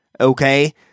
Okay